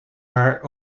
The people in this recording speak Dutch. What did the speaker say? haar